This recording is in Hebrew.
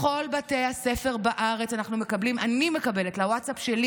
מכל בתי הספר בארץ אני מקבלת לווטסאפ שלי